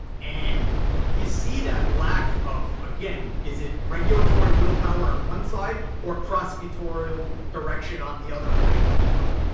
and you see that lack of again, is it regulatory willpower on one side or prosecutorial direction on the other? i don't know.